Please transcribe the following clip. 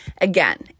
again